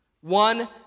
One